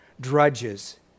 drudges